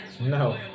No